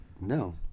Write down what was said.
No